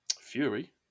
Fury